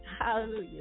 hallelujah